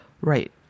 Right